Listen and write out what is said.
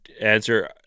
answer